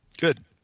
Good